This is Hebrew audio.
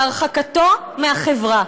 בהרחקתו מהחברה,